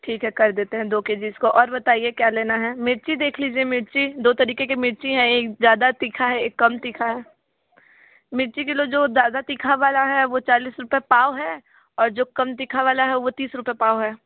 ठीक है कर देते हैं दो के जी इसको और बताइए क्या लेना है मिर्ची देख लीजिए मिर्ची दो तरीक़े की मिर्ची है एक ज़्यादा तीखी है एक कम तीखी है मिर्ची किलो जो ज़्यादा तीखी वाली है वो चालीस रुपये पाव है और जो कम तीखी वाली है वो तीस रुपये पाव है